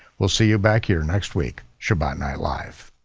we'll see you back here next week, shabbat night live.